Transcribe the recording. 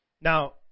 Now